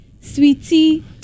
sweetie